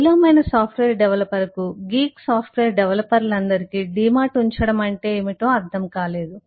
పేలవమైన సాఫ్ట్వేర్ డెవలపర్కు geek software డెవలపర్లందరికీ డీమాట్ ఉంచడం అంటే ఏమిటో అర్థం కాలేదు